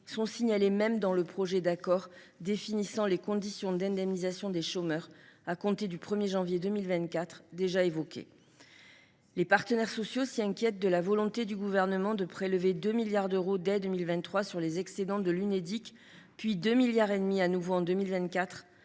même signalés dans le projet d’accord définissant les conditions d’indemnisation des chômeurs à compter du 1 janvier 2024, que j’ai déjà mentionné. En effet, les partenaires sociaux s’y inquiètent de la volonté du Gouvernement de prélever 2 milliards d’euros dès 2023 sur les excédents de l’Unédic, puis 2,5 milliards d’euros de nouveau en 2024,